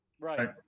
Right